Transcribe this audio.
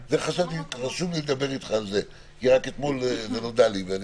רשום לי לדבר אתך על זה כי רק אתמול זה נודע לי ואני